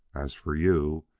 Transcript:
as for you,